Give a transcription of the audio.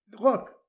look